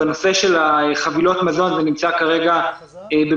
בנושא של חבילות המזון זה נמצא כרגע בבחינה,